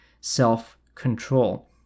self-control